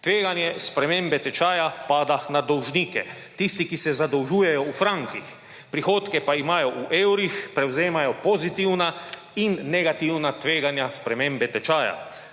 Tveganje spremembe tečaja pada na dolžnike. Tisti, ki se zadolžujejo v frankih, prihodke pa imajo v evrih, prevzemajo pozitivna in negativna tveganja spremembe tečaja;